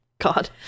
God